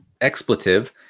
expletive